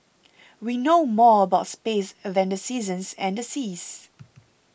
we know more about space than the seasons and the seas